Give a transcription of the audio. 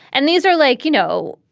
and these are like, you know,